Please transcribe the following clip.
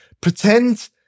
Pretend